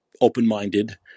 open-minded